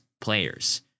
players